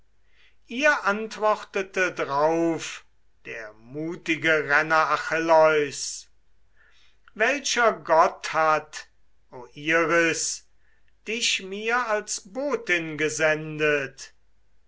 ihr antwortete drauf der mutige renner achilleus welcher gott hat o iris dich mir als botin gesendet